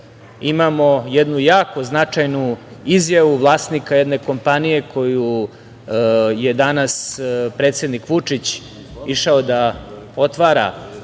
imamo jednu jako značajnu izjavu vlasnika jedne kompanije koju je danas predsednik Vučić išao da otvara